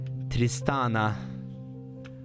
tristana